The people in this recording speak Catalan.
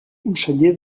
conseller